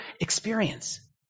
experience